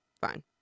fine